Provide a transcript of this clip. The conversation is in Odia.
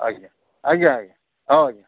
ଆଜ୍ଞା ଆଜ୍ଞା ଆଜ୍ଞା ହଁ ଆଜ୍ଞା